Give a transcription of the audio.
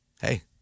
Hey